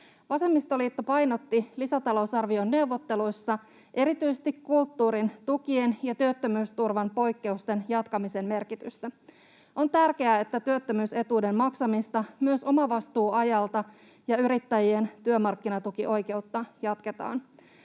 Vasemmistoliitto painotti lisätalousarvioneuvotteluissa erityisesti kulttuurin tukien ja työttömyysturvan poikkeusten jatkamisen merkitystä. On tärkeää, että työttömyys-etuuden maksamista myös omavastuuajalta jatketaan, samoin yrittäjien työmarkkinatukioikeutta.